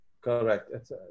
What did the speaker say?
Correct